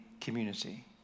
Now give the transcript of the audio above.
community